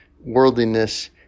worldliness